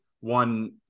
one